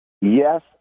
Yes